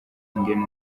ingene